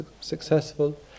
successful